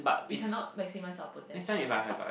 we cannot maximise our potential